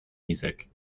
music